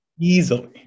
Easily